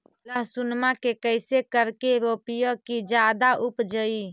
लहसूनमा के कैसे करके रोपीय की जादा उपजई?